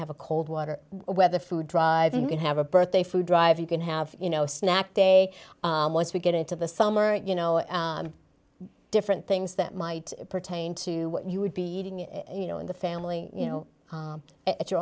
have a cold water or whether food drive you can have a birthday food drive you can have you know snack day once we get into the summer you know different things that might pertain to what you would be eating you know in the family you know at your